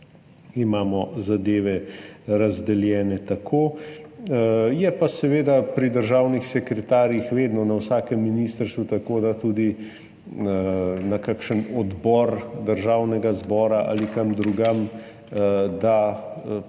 imamo zadeve razdeljene tako, je pa seveda pri državnih sekretarjih vedno na vsakem ministrstvu tako, da tudi na kakšnem odboru Državnega zbora ali kje drugje en sekretar